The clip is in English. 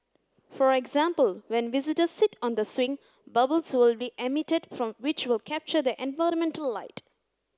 for example when visitors sit on the swing bubbles will be emitted from which will capture the environmental light